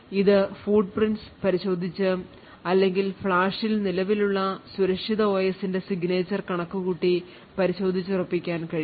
ഇത് footprints പരിശോധിച്ച് അല്ലെങ്കിൽ ഫ്ലാഷിൽ നിലവിലുള്ള സുരക്ഷിത ഒഎസിന്റെ signature കണക്കുകൂട്ടി പരിശോധിച്ചുറപ്പിക്കാൻ കഴിയും